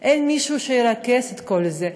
אין מישהו שירכז את כל זה.